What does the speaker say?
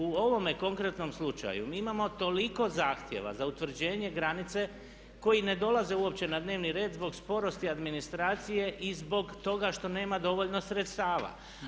U ovome konkretnom slučaju mi imamo toliko zahtjeva za utvrđenje granice koji ne dolaze uopće na dnevni red zbog sporosti administracije i zbog toga što nema dovoljno sredstava.